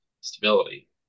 stability